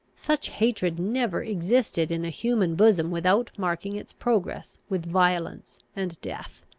such hatred never existed in a human bosom without marking its progress with violence and death.